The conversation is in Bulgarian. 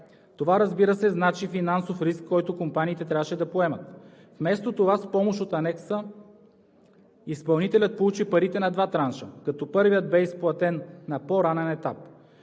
Това, разбира се, значи финансов риск, който компаниите трябваше да поемат. Вместо това с помощ от Анекса изпълнителят получи парите на два транша, като първият бе изплатен на по-ранен етап.